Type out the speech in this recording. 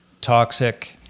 Toxic